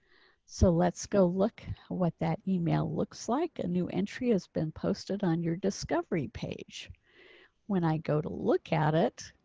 so let's go look at what that email looks like a new entry has been posted on your discovery page when i go to look at it.